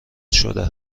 شده